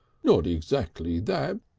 not exactly that.